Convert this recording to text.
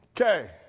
Okay